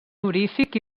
honorífic